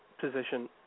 position